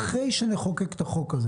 אחרי שנחוקק את החוק הזה